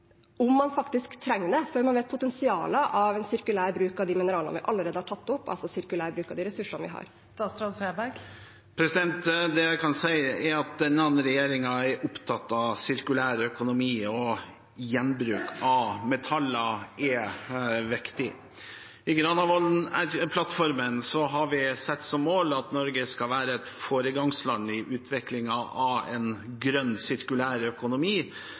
om man faktisk trenger det, før man vet potensialet av en sirkulær bruk av de mineralene vi allerede har tatt opp, altså sirkulær bruk av de ressursene vi har. Det jeg kan si, er at denne regjeringen er opptatt av sirkulær økonomi, og gjenbruk av metaller er viktig. I Granavolden-plattformen har vi satt som mål at Norge skal være et foregangsland i utviklingen av en grønn sirkulær økonomi